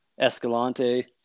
Escalante